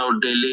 daily